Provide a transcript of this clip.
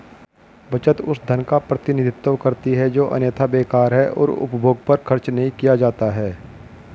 बचत उस धन का प्रतिनिधित्व करती है जो अन्यथा बेकार है और उपभोग पर खर्च नहीं किया जाता है